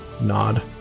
nod